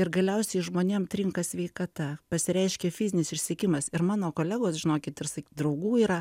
ir galiausiai žmonėm trinka sveikata pasireiškia fizinis išsekimas ir mano kolegos žinokit ir draugų yra